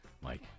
Mike